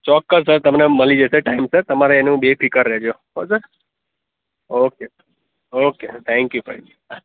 ચોક્કસ સર તમને મળી જશે ટાઇમસર તમારે એનું બેફિકર રહેજો હોં sir okay okay thank you sir હા